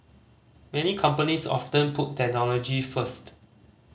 many companies often put technology first